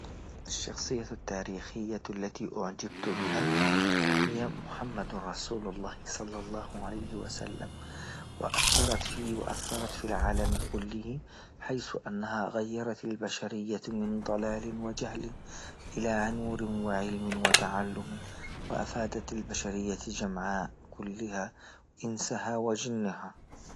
الشخصية التاريخية التي أعجبت بها هيا محمد رسول الله صلى الله عليه وسلم، وأثرت في وأثرت في العالم كله حيث أنها غيرت البشرية من ضلال وجهل إلى نور وعلم وتعلم وأفادت البشرية جمعاء كلها إنسها وجنها.